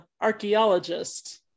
archaeologist